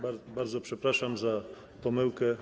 Bardzo przepraszam za pomyłkę.